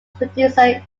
producer